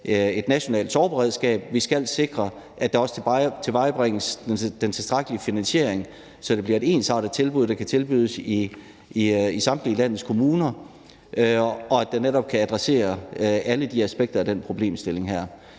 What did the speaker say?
et nationalt sorgberedskab, at vi skal sikre, at der også tilvejebringes den tilstrækkelige finansiering, så det bliver et ensartet tilbud, der kan tilbydes i samtlige landets kommuner, og at det netop kan adressere alle de aspekter af den problemstilling her.